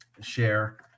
share